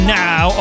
now